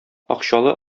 акчалы